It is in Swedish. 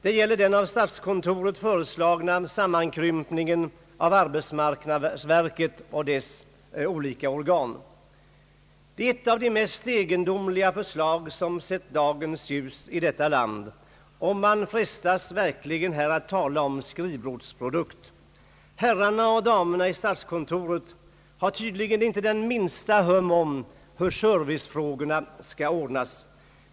Det gäller den av statskontoret föreslagna sammankrympningen av arbetsmarknadsverket och dess olika organ, Det är ett av de egendomligaste förslag som sett dagens ljus i detta land. Det gäller arbetsförmedlingarna. Man frestas verkligen att här tala om en skrivbordsprodukt. Herrarna och damerna i statskontoret har tydligen inte det minsta hum om hur servicefrågorna skall ordnas.